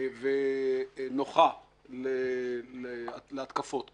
ונוחה להתקפות כאלה.